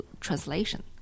translation